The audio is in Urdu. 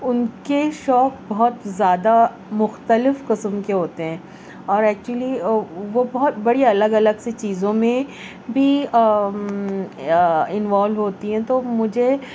ان کے شوق بہت زیادہ مختلف قسم کے ہوتے ہیں اور ایکچلی وہ بہت بڑی الگ الگ سی چیزوں میں بھی انوالو ہوتی ہیں تو مجھے